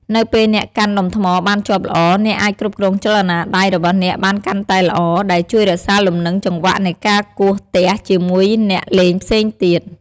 នៅពេលអ្នកកាន់ដុំថ្មបានជាប់ល្អ អ្នកអាចគ្រប់គ្រងចលនាដៃរបស់អ្នកបានកាន់តែល្អ ដែលជួយរក្សាលំនឹងចង្វាក់នៃការគោះទះជាមួយអ្នកលេងផ្សេងទៀត។